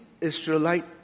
Israelite